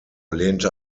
lehnte